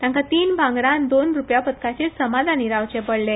तांका तीन भांगरा आनी दोन रुप्या पदकांचेर समाधानी रावचे पडले